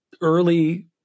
early